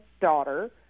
daughter